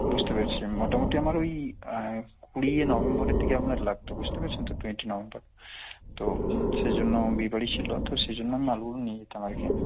বুঝতে পেরেছি মোটামুটি আমার ওই কুড়িয়ে নভেম্বরের দিকে আপনার লাগতো বুঝতে পেরেছেন তো টোয়েন্টি নভেম্বর তো সেই জন্য বিয়ে বাড়ি ছিলো তো সেই জন্য আমি মালগুলো নিয়ে যেতাম আর কি